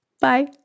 Bye